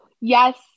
Yes